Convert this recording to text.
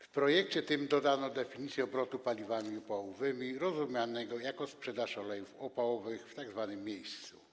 W projekcie tym dodano definicję obrotu paliwami opałowymi rozumianego jako sprzedaż olejów opałowych w tzw. miejscu.